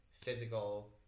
physical